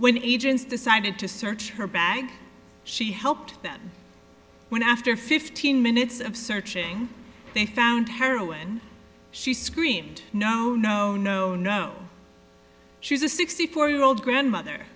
when agents decided to search her bag she helped them when after fifteen minutes of searching they found heroin she screamed no no no no she's a sixty four year old grandmother